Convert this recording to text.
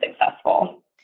successful